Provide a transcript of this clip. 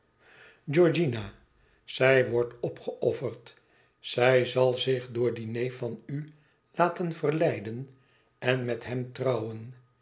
georgiana zij wordt opgeofferd zij zal zich door dien neef van u laten verleiden en met hem trouwen